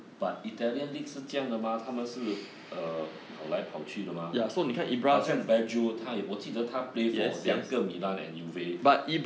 but italian league 是这样的吗他们是 uh 跑来跑去的吗好像 beju 他也我记得他 play for 两个 milan and uva